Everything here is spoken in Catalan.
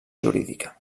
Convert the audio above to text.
jurídica